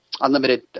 unlimited